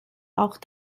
auch